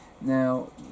Now